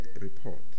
report